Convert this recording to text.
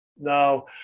Now